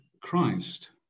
Christ